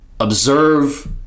Observe